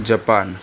Japan